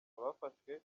abafashwe